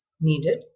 needed